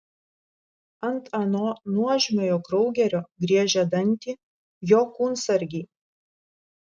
ant ano nuožmiojo kraugerio griežia dantį jo kūnsargiai